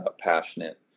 passionate